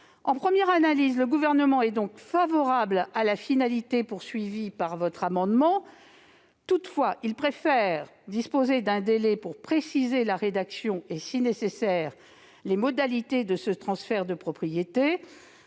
En première analyse, le Gouvernement est donc favorable à la finalité que vise cet amendement. Toutefois, il préfère disposer d'un délai pour préciser la rédaction et, si nécessaire, les modalités de ce transfert de propriété.